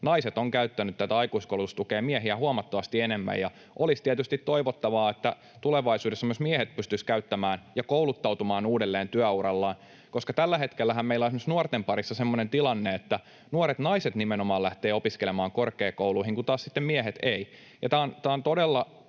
naiset ovat käyttäneet tätä aikuiskoulutustukea miehiä huomattavasti enemmän, ja olisi tietysti toivottavaa, että tulevaisuudessa myös miehet pystyisivät käyttämään sitä ja kouluttautumaan uudelleen työurallaan, koska tällä hetkellähän meillä on esimerkiksi nuorten parissa semmoinen tilanne, että nuoret naiset nimenomaan lähtevät opiskelemaan korkeakouluihin, kun taas sitten miehet eivät.